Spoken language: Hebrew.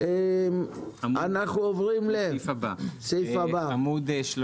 הפתיח